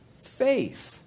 faith